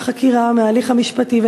מהחקירה ומההליך המשפטי,